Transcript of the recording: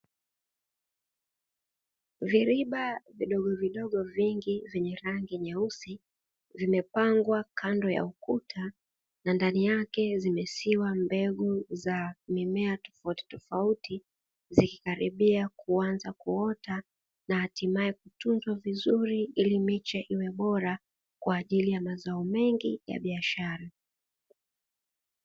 Viriba vidogovidogo vingi vyenye rangi nyeusi vimapangwa kando ya ukuta, na ndani yake zimesiwa mbegu za mimea tofauti tofauti zikikaribia kuanza kuota na hatimae kutunzwa vizuri ile miche iwe bora kwa ajili ya mazao mengi ya biashara.